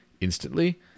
instantly